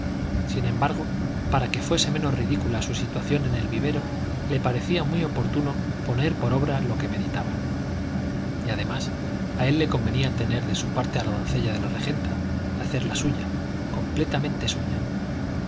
sin embargo para que fuese menos ridícula su situación en el vivero le parecía muy oportuno poner por obra lo que meditaba y además a él le convenía tener de su parte a la doncella de la regenta hacerla suya completamente suya